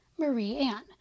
Marie-Anne